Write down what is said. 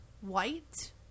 white